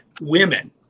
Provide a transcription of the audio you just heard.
women